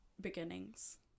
beginnings